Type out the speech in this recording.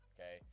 Okay